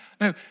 No